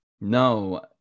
No